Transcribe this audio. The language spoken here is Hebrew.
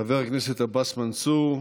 חבר הכנסת עבאס מנסור,